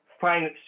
find